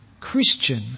Christian